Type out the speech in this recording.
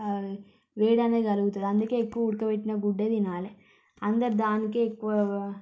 వేడి అనేది తలుగుతాది అందుకే ఎక్కువ ఉడకపెట్టిన గుడ్డే తినాలే అందరూ దానికే ఎక్కువ